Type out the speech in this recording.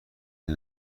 این